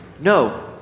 No